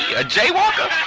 a jaywalker?